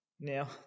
Now